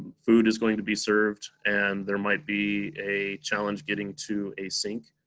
food is going to be served. and there might be a challenge getting to a sink,